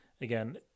again